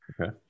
Okay